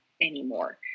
anymore